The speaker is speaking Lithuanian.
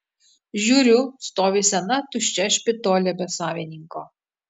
žiūriu stovi sena tuščia špitolė be savininko